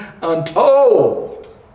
untold